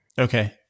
Okay